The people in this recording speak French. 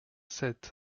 sept